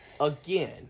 again